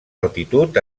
altitud